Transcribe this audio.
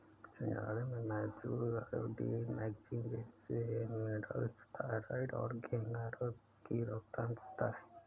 सिंघाड़े में मौजूद आयोडीन, मैग्नीज जैसे मिनरल्स थायरॉइड और घेंघा रोग की रोकथाम करता है